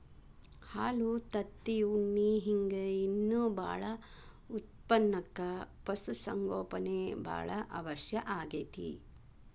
ಹಾಲು ತತ್ತಿ ಉಣ್ಣಿ ಹಿಂಗ್ ಇನ್ನೂ ಬಾಳ ಉತ್ಪನಕ್ಕ ಪಶು ಸಂಗೋಪನೆ ಬಾಳ ಅವಶ್ಯ ಆಗೇತಿ